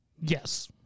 Yes